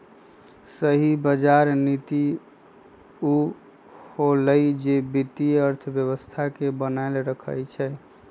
सही बजार नीति उ होअलई जे वित्तीय अर्थव्यवस्था के बनाएल रखई छई